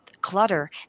clutter